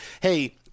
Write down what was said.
hey